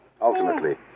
Ultimately